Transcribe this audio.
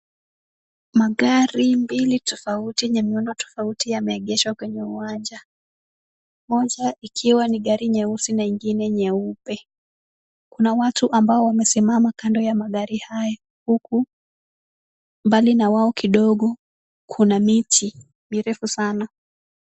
Magari mbili tofauti yenye muundo tofauti yameegeshwa kwenye uwanja. Moja ikiwa ni gari nyeusi na ingine nyeupe. Kuna watu ambao wamesimama kando ya magari hayo huku mbali na wao kidogo kuna miti mirefu sana.